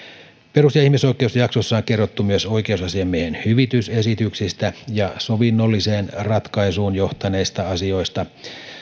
perus ja ihmisoikeusjaksossa on kerrottu myös oikeusasiamiehen hyvitysesityksistä ja sovinnolliseen ratkaisuun johtaneista asioista